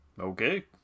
Okay